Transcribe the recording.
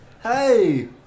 Hey